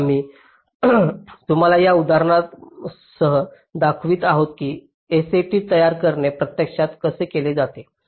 तर आम्ही तुम्हाला या उदाहरणासहच दाखवित आहोत की SAT तयार करणे प्रत्यक्षात कसे केले जाते